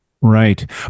Right